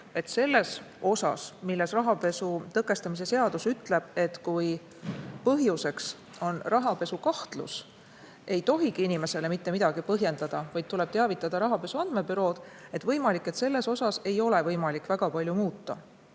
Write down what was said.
selles osas, mille kohta rahapesu tõkestamise seadus ütleb, et kui põhjuseks on rahapesukahtlus, siis ei tohigi inimesele mitte midagi põhjendada, vaid tuleb teavitada Rahapesu Andmebürood, ei ole võimalik väga palju muuta.